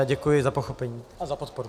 Děkuji za pochopení a za podporu.